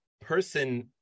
person